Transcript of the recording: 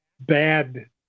bad